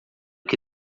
que